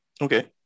Okay